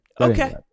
Okay